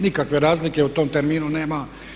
Nikakve razlike u tom terminu nema.